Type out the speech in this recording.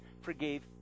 forgave